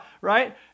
right